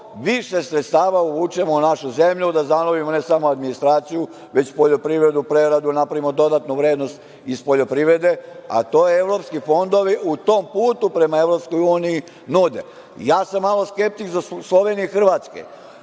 više sredstava uvučemo u našu zemlju, da zanovimo ne samo administraciju, već poljoprivredu, preradu, napravimo dodatnu vrednost iz poljoprivrede, a to evropski fondovi na tom putu prema EU nude. Ja malo skeptik za Sloveniju i Hrvatsku,